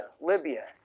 Libya